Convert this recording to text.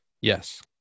Yes